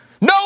no